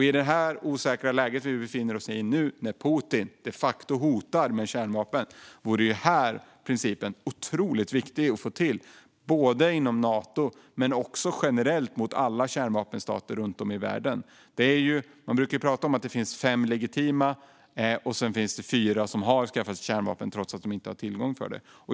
I det osäkra läge vi befinner oss i nu, när Putin de facto hotar med kärnvapen, vore den här principen otroligt viktig att få till, både inom Nato och generellt mot alla kärnvapenstater runt om i världen. Man brukar ju prata om att det finns fem legitima kärnvapenstater och fyra som har skaffat sig kärnvapen trots att de inte har tillstånd till det.